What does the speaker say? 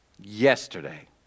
Yesterday